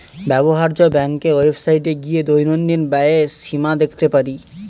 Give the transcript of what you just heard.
ব্যবহার্য ব্যাংকের ওয়েবসাইটে গিয়ে দৈনন্দিন ব্যয়ের সীমা দেখতে পারি